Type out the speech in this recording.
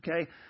Okay